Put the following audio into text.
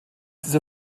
dieser